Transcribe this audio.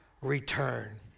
return